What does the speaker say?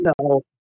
No